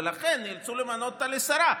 ולכן נאלצו למנות אותה לשרה,